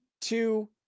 two